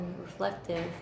reflective